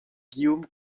guillaume